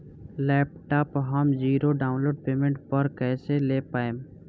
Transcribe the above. Laptop हम zero down payment पर कैसे ले पाएम?